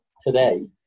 today